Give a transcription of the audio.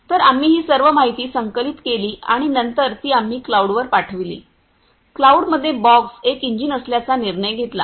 तर आम्ही ही सर्व माहिती संकलित केली आणि नंतर ती आम्ही क्लाऊडवर पाठविली क्लाउडमध्ये बॉक्स एक इंजिन असल्याचा निर्णय घेतला